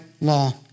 law